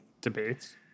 Debates